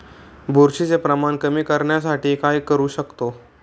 बुरशीचे प्रमाण कमी करण्यासाठी काय करू शकतो?